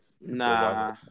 Nah